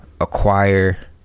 acquire